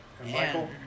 Michael